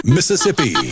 Mississippi